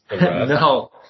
No